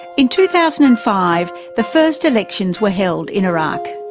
in two thousand and five the first elections were held in iraq.